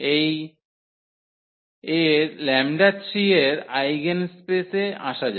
এই λ3 এর আইগেনস্পেসে আসা যাক